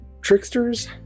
Tricksters